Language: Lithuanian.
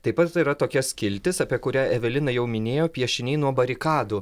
taip pat yra tokia skiltis apie kurią evelina jau minėjo piešiniai nuo barikadų